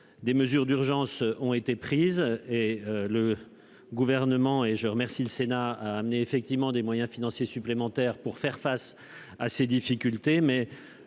Des mesures d'urgence ont été prises et le gouvernement et je remercie le Sénat a amené effectivement des moyens financiers supplémentaires pour faire face à ces difficultés,